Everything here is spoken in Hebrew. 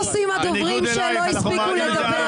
מה עושים הדוברים שלא הספיקו לדבר.